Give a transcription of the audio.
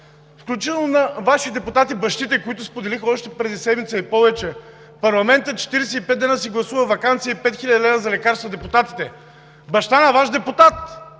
Включително на Ваши депутати бащите, които споделиха още преди седмица и повече: „Парламентът 45 дни си гласува ваканция и 5 хил. лв. за лекарства на депутатите.“ Баща на Ваш депутат?!